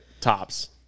tops